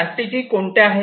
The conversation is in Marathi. स्ट्रॅटेजी कोणत्या आहेत